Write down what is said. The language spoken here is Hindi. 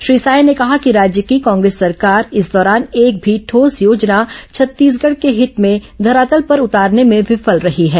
श्री साय ने कहा कि राज्य की कांग्रेस सरकार इस दौरान एक भी ठोस योजना छत्तीसगढ के हित में धरातल पर उतारने में विफल रही है